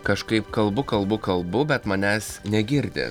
kažkaip kalbu kalbu kalbu bet manęs negirdi